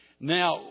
Now